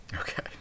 Okay